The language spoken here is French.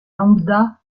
lambda